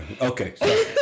Okay